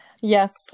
Yes